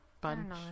bunch